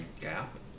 gap